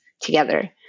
together